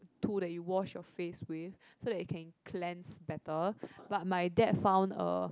through they wash your face with so they can cleanse better but my dad found a